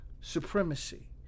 supremacy